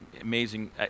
Amazing